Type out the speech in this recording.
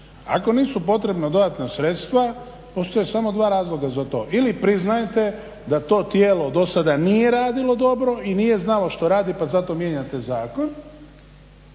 Ako nisu potrebna dodatna sredstva postoje samo dva razloga za to ili priznajete da to tijelo do sada nije radilo dobro i nije znalo što radi pa zato mijenjate zakon